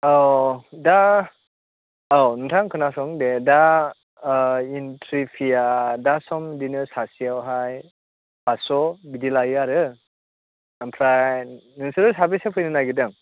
औ दा औ नोंथां खोनासं दे दा इन्ट्रि फिआ दा सम बिदिनो सासेआवहाय फासस' बिदि लायो आरो ओमफ्राय नोंसोरो साबेसे फैनो नागिरदों